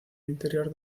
interior